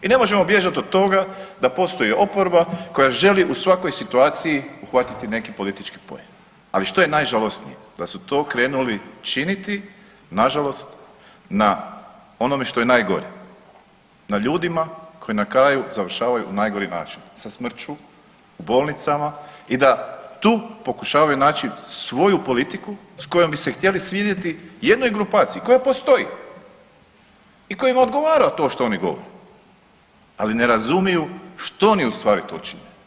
I ne možemo bježati od toga da postoji oporba koja želi u svakoj situaciji uhvatiti neki politički poen, ali što je najžalosnije da su to krenuli činiti nažalost na onome što je najgore, na ljudima koji na kraju završavaju na najgori način sa smrću u bolnicama i da tu pokušavaju naći svoju politiku s kojom bi se htjeli svidjeti jednoj grupaciji koja postoji i kojima odgovara to što oni govore, ali ne razumiju što oni ustvari tu čine.